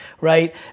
right